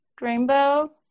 Rainbow